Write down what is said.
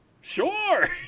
sure